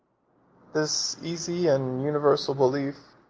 this easy and universal belief,